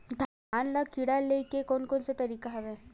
धान ल कीड़ा ले के कोन कोन तरीका हवय?